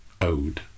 owed